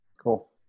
Cool